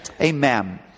Amen